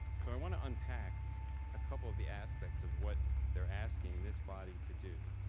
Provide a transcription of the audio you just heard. so i want to unpack a couple of the aspects of what they are asking this body to do.